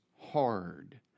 hard